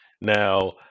Now